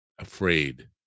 afraid